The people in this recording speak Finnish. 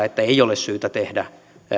että ei ole syytä tehdä